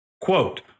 Quote